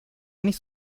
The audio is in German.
nicht